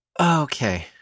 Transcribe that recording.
Okay